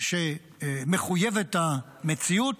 שמחויבת המציאות,